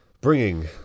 bringing